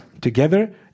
together